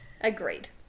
Agreed